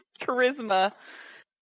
charisma